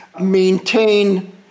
maintain